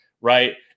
right